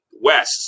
west